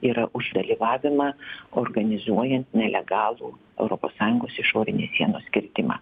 yra už dalyvavimą organizuojant nelegalų europos sąjungos išorinės sienos kirtimą